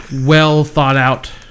well-thought-out